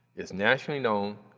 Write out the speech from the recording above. it's nationally known,